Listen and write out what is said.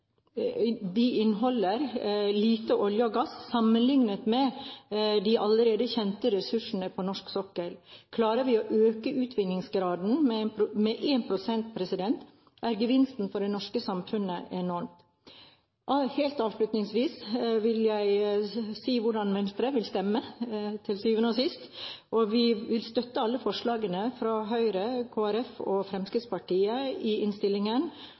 lite olje og gass sammenlignet med de allerede kjente ressursene på norsk sokkel. Klarer vi å øke utvinningsgraden med 1 pst., er gevinsten for det norske samfunnet enorm. Helt avslutningsvis vil jeg forklare hvordan Venstre vil stemme til syvende og sist. Vi vil støtte alle forslagene fra Høyre, Kristelig Folkeparti og Fremskrittspartiet i innstillingen.